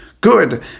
good